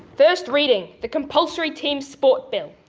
first reading the compulsory teams sport bill.